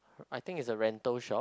I think is a rental shop